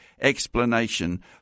explanation